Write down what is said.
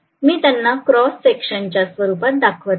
मी त्यांना cross section च्या स्वरूपात दाखवीत आहे